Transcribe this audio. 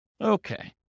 Okay